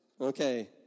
Okay